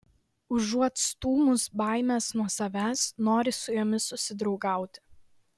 užuot stūmus baimes nuo savęs nori su jomis susidraugauti